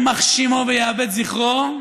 יימח שמו ויאבד זכרו,